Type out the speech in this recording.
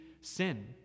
sin